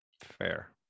Fair